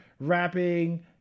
rapping